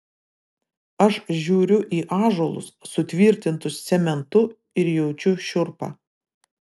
aš žiūriu į ąžuolus sutvirtintus cementu ir jaučiu šiurpą